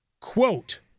quote